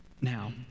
Now